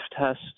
test